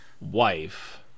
wife